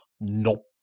Nope